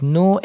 no